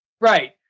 Right